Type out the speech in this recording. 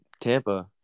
Tampa